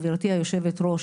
גברתי היו"ר,